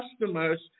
customers